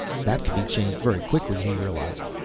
that could be changed very quickly, he realized.